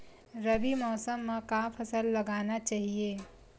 रबी मौसम म का फसल लगाना चहिए?